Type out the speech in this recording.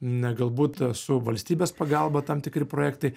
na galbūt su valstybės pagalba tam tikri projektai